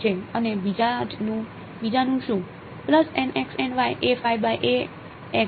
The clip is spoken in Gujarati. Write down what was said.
અને બીજાનું શું